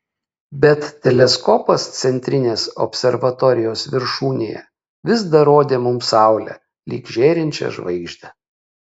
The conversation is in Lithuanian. bet teleskopas centrinės observatorijos viršūnėje vis dar rodė mums saulę lyg žėrinčią žvaigždę